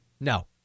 No